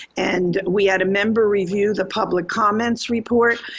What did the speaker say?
and we had a member review the public comments report,